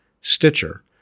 Stitcher